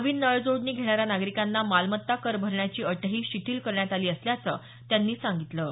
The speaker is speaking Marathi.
नवीन नळ जोडणी घेणाऱ्या नागरिकांना मालमत्ता कर भरण्याची अटही शिथील करण्यात आली असल्याचं त्यांनी सांगितलं